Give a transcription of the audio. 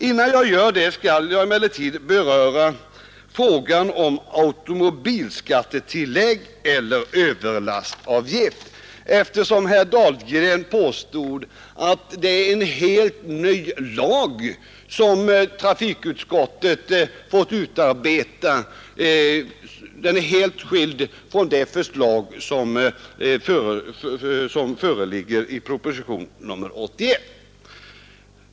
Innan jag gör det skall jag emellertid beröra frågan om automobilskattetillägg eller överlastavgift, eftersom herr Dahlgren påstod att det är en ny lag som trafikutskottet fått utarbeta, helt skild från det förslag som föreligger i proposition nr 81.